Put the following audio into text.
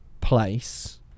place